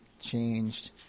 changed